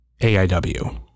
AIW